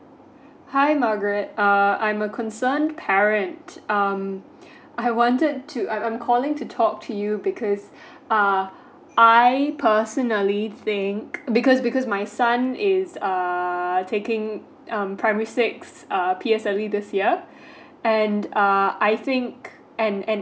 hi margaret um I'm a concerned parent um I wanted to I am calling to talk to you because uh I personally think because because my son is err taking um primary six err P_S this year and uh I think and and